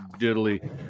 diddly